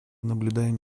наблюдаем